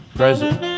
present